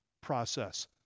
process